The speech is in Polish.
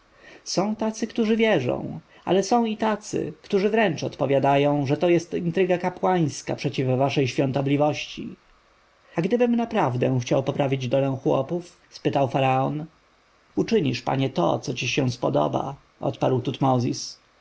są tacy którzy wierzą ale są i tacy którzy wręcz odpowiadają że jest to intryga kapłańska przeciw waszej świątobliwości a gdybym naprawdę chciał poprawić dolę chłopów spytał faraon uczynisz panie to co ci się podoba odparł tutmozis